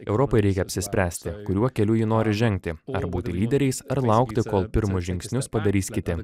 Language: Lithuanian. europai reikia apsispręsti kuriuo keliu ji nori žengti ar būti lyderiais ar laukti kol pirmus žingsnius padarys kiti